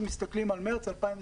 כשמסתכלים על מרץ 2022,